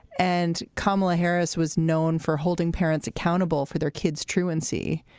and kamala harris was known for holding parents accountable for their kids truancy.